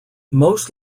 most